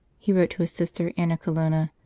he wrote to his sister, anna colonna.